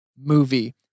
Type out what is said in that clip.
movie